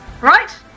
Right